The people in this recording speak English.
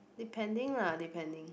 depending lah depending